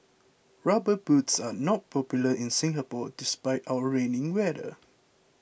rubber boots are not popular in Singapore despite our rainy weather